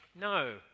No